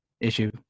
issue